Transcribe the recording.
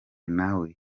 nawe